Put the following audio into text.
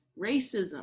racism